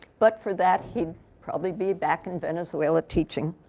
but for that, he'd probably be back in venezuela teaching.